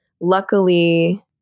luckily